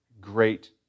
great